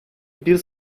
bir